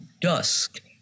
dusk